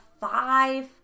five